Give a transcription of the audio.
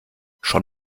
schon